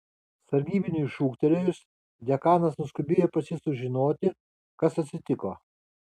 sargybiniui šūktelėjus dekanas nuskubėjo pas jį sužinoti kas atsitiko